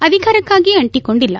ಅಧಿಕಾರಕ್ಕಾಗಿ ಅಂಟಿಕೊಂಡಿಲ್ಲ